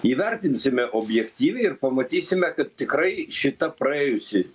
įvertinsime objektyviai ir pamatysime kad tikrai šita praėjusi